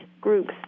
groups